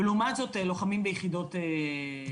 ולעומת זאת לוחמים ביחידות קומנדו,